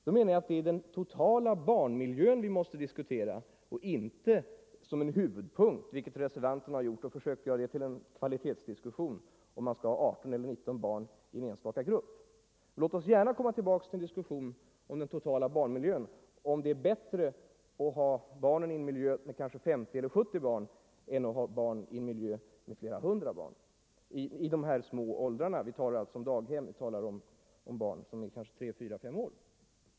Jag menar att det är den totala barnmiljön vi måste diskutera och inte som en huvudpunkt — vilket reservanterna har gjort och försökt göra det till en kvalitetsdiskussion — dryfta om man skall ha 18 eller 19 barn i en enstaka grupp. Låt oss gärna komma tillbaka till en diskussion om den totala barnmiljön — om det är bättre med 50 eller 70 barn i en enhet eller att ha dem i en miljö med flera hundra barn. Jag talar alltså om små barn i förskolåldrarna.